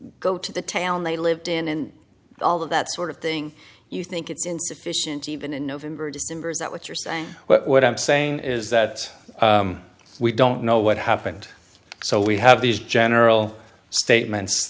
go to the town they lived in and all of that sort of thing you think it's insufficient even in november or december is that what you're saying what i'm saying is that we don't know what happened so we have these general statements